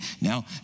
Now